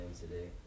today